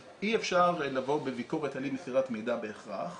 אז אי אפשר לבוא בביקורת על אי מסירת מידע בהכרח,